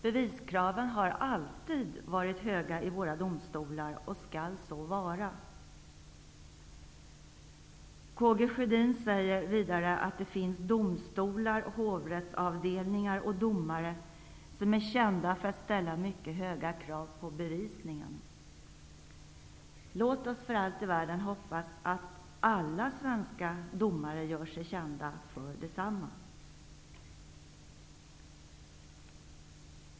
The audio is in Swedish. Beviskraven har alltid varit höga i våra domstolar och skall så vara. Karl Gustaf Sjödin säger vidare att det finns domstolar, hovrättsavdelningar och domare som är kända för att ställa mycket höga krav på bevisningen. Låt oss för allt i världen hoppas att alla svenska domare gör sig kända för detsamma.